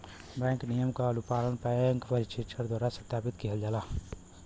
bank नियम क अनुपालन बैंक परीक्षक द्वारा सत्यापित किहल जाला